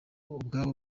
ubwabo